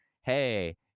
hey